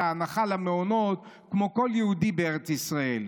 ההנחה למעונות כמו כל יהודי בארץ ישראל.